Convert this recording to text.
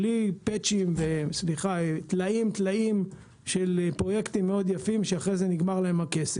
בלי טלאים-טלאים של פרויקטים מאוד יפים שאחרי זה נגמר להם הכסף.